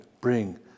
bring